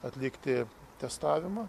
atlikti testavimą